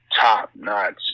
top-notch